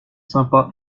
sympa